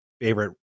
favorite